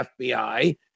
FBI